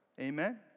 Amen